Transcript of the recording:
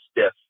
stiff